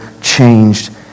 changed